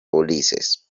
ulises